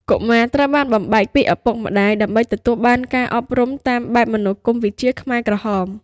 កុមារត្រូវបានបំបែកពីឪពុកម្តាយដើម្បីទទួលការអប់រំតាមបែបមនោគមវិជ្ជាខ្មែរក្រហម។